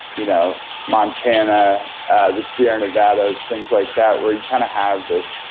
you know, montana, the sierra nevadas, things like that, where you kind of have this.